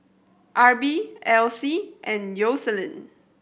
Arbie Alyse and Yoselin